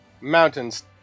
Mountains